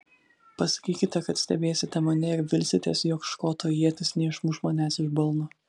pasakykite kad stebėsite mane ir vilsitės jog škoto ietis neišmuš manęs iš balno